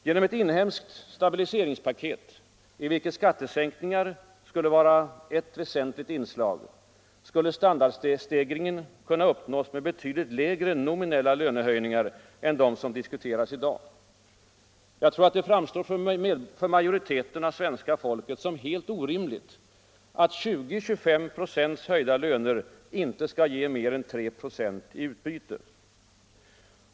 Genom ett inhemskt stabiliseringspaket, i vilket skattesänkningar skulle vara ett väsentligt inslag, skulle standardstegringen kunna uppnås med betydligt lägre nominella lönehöjningar än de som diskuteras i dag. Jag tror att det framstår för majoriteten av svenska folket som helt orimligt att 20-25 926 höjda löner inte skall ge mer än 3 96 i utbyte.